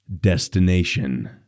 destination